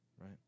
Right